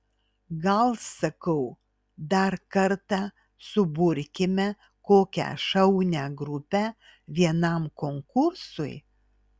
gal sakau dar kartą suburkite kokią šaunią grupę vienam konkursui